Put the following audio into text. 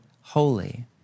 holy